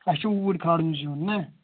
اَسہِ چھُ اوٗرۍ کھالُن زیُٚن نہ